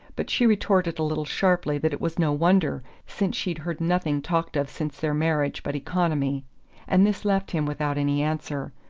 but she retorted a little sharply that it was no wonder, since she'd heard nothing talked of since their marriage but economy and this left him without any answer.